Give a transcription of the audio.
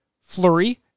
Flurry